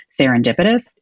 serendipitous